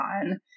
on